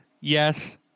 Yes